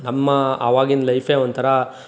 ನಮ್ಮ ಅವಾಗಿನ ಲೈಫೇ ಒಂಥರಾ